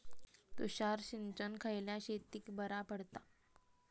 तुषार सिंचन खयल्या शेतीक बरा पडता?